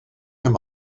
him